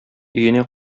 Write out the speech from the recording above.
өенә